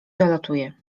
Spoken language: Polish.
dolatuje